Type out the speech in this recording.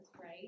right